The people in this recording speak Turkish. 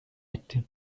etti